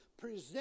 present